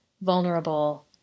vulnerable